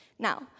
Now